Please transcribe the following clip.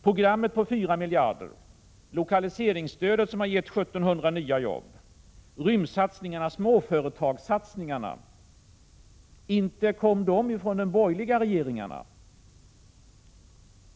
Programmet på fyra miljarder, lokaliseringsstödet som gett 1 700 nya jobb, rymdsatsningarna, småföretagssatsningarna, inte kom de från de borgerliga regeringarna.